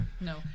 No